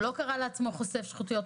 הוא לא קרא לעצמו חושף שחיתויות,